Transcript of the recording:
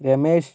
Ramesh